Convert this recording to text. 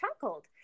chuckled